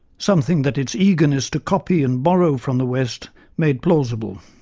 something that its eagerness to copy and borrow from the west made plausible.